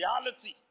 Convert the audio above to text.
reality